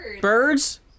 Birds